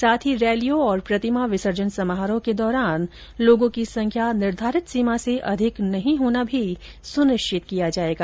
साथ ही रैलियों और प्रतिमा विसर्जन समारोह के दौरान लोगों की संख्या निर्धारित सीमा से अधिक न होना भी सुनिश्चित किया जाएगा